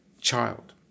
child